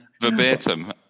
Verbatim